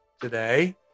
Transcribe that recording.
today